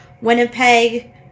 Winnipeg